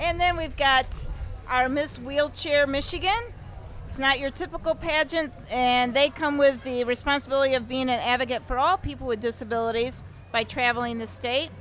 and then we've got our miss wheelchair michigan it's not your typical pageant and they come with the responsibility of being an advocate for all people with disabilities by traveling the state